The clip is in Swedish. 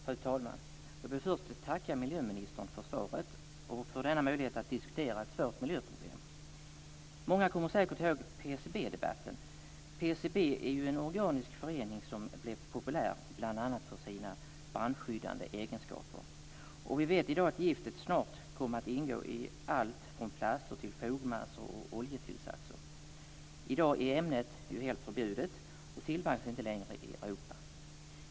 Fru talman! Jag vill först tacka miljöministern för svaret och för denna möjlighet att diskutera ett svårt miljöproblem. Många kommer säkert ihåg PCB-debatten. PCB är en organisk förening som blev populär för bl.a. sina brandskyddande egenskaper. Vi vet att giftet snart kom att ingå i allt från plast till fogmassor och oljetillsatser. I dag är ämnet helt förbjudet, och det tillverkas inte längre i Europa.